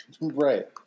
Right